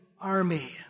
army